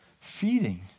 feeding